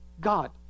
God